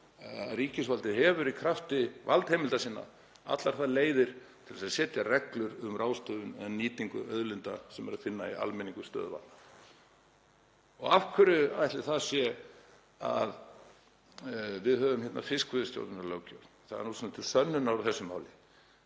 ríkisvaldið í krafti valdheimilda sinna allar leiðir til að setja reglur um ráðstöfun eða nýtingu auðlinda sem er að finna í almenningum stöðuvatna. Og af hverju ætli það sé að við höfum hérna fiskveiðistjórnarlöggjöf? Það er til sönnunar á þessu máli.